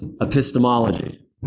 epistemology